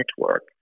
network